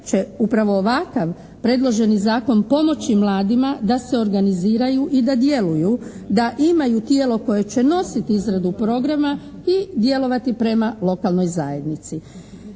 će, upravo ovakav predloženi zakon pomoći mladima da se organiziraju i da djeluju, da imaju tijelo koje će nositi izradu programa i djelovati prema lokalnoj zajednici.